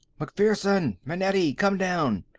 macpherson! manetti! come down!